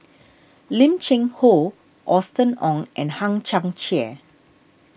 Lim Cheng Hoe Austen Ong and Hang Chang Chieh